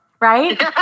right